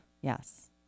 Yes